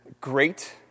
great